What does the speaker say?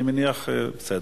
מוותר.